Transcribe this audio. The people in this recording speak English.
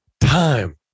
time